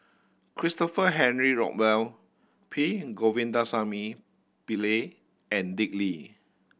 Christopher Henry Rothwell P Govindasamy Pillai and Dick Lee